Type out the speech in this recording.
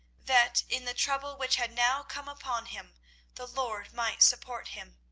that in the trouble which had now come upon him the lord might support him.